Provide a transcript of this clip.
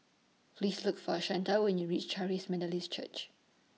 Please Look For Shanta when YOU REACH Charis Methodist Church